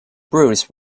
bruce